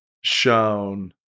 shown